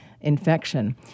infection